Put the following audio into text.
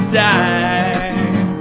die